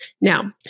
Now